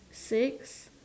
six